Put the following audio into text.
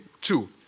two